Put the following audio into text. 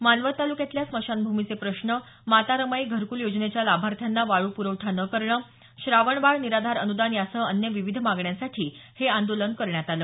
मानवत तालुक्यातल्या स्मशानभूमीचे प्रश्न माता रमाई घरकुल योजनेच्या लाभार्थ्यांना वाळू पुरवठा न करणं श्रावणबाळ निराधार अनुदान यासह अन्य विविध मागण्यांसाठी हे आंदोलन करण्यात आलं